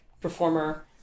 performer